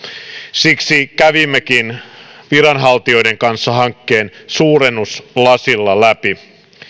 siksi kävimmekin viranhaltijoiden kanssa hankkeen suurennuslasilla läpi